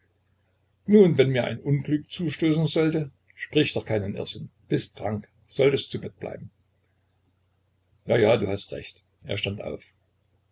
nun wenn mir ein unglück zustoßen sollte sprich doch keinen irrsinn bist krank solltest zu bett bleiben ja ja du hast recht er stand auf